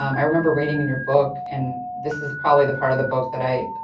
um i remember reading in your book, and this is probably the part of the book that i